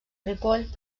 ripoll